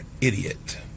idiot